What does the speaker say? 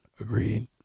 Agreed